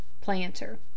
Planter